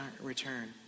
return